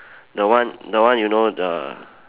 the one the one you know the